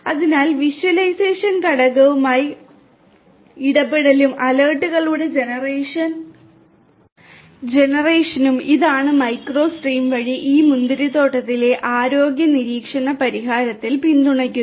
അതിനാൽ വിഷ്വലൈസേഷൻ ഘടകവുമായുള്ള ഇടപെടലും അലേർട്ടുകളുടെ ജനറേഷനും ഇതാണ് മൈക്രോ സ്ട്രീം വഴി ഈ മുന്തിരിത്തോട്ടത്തിലെ ആരോഗ്യ നിരീക്ഷണ പരിഹാരത്തിൽ പിന്തുണയ്ക്കുന്നത്